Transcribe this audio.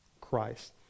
Christ